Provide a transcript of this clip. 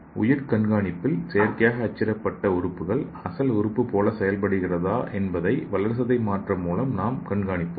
உயிர் கண்காணிப்பில் செயற்கையாக அச்சிடப்பட்ட உறுப்புகள் அசல் உறுப்பு போலவே செயல்படுகிறதா என்பதை வளர்சிதை மாற்றம் மூலம் நாம் கண்காணிப்போம்